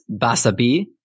Basabi